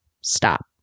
Stop